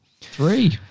Three